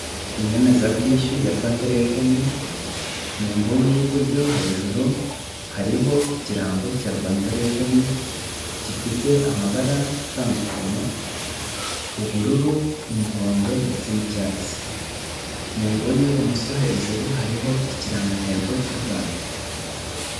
Inyemezabwishyu ya Rwanda Revenue, mu nguni y'iburyo hejuru hariho ikirango cya Rwanda Revenue gifite amabara atandukanye: ubururu, umuhondo ndetse n'icyatsi. Mu nguni y'ibumoso hejuru hariho ikirangantego cy'u Rwanda.